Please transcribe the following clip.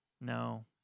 No